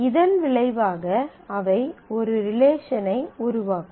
இதன் விளைவாக அவை ஒரு ரிலேஷன் ஐ உருவாக்கும்